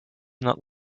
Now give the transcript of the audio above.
not